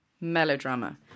melodrama